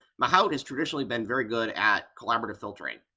mahout has traditionally been very good at collaborative filtering,